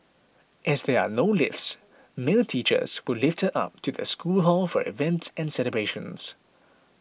as there are no lifts male teachers would lift her up to the school hall for events and celebrations